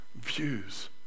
views